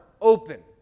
open